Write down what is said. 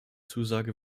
zusage